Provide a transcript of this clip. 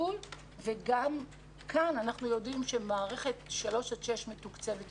טיפול וגם כאן אנחנו יודעים שמערכת שלוש עד שש מתוקצבת יותר,